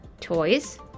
toys